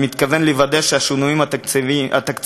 אני מתכוון לוודא שהשינויים התקציביים